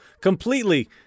completely